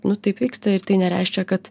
nu taip vyksta ir tai nereiškia kad